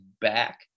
back